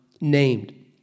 named